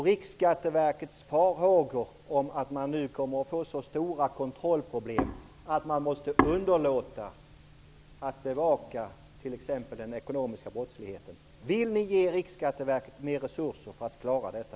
Riksskatteverket hyser nu farhågor om att man kommer att få så stora kontrollproblem att man måste underlåta att bevaka t.ex. den ekonomiska brottsligheten. Vill ni ge Riksskatteverket mer resurser så att de kan klara detta?